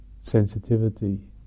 sensitivity